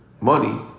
money